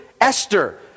Esther